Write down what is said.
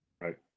right